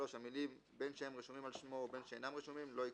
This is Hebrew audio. (3)המלים "בין שהם רשומים על שמו ובין שאינם רשומים" לא ייקראו,